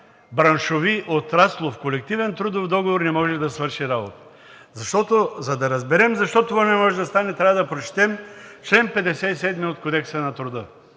браншови отраслов колективен трудов договор не може да свърши работа. Защото, за да разберем защо това не може да стане, трябва да прочетем чл. 57 от Кодекса на труда.